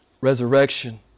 resurrection